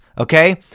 okay